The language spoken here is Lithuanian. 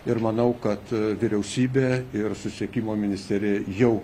ir manau kad vyriausybė ir susisiekimo ministerija jau